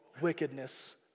wickedness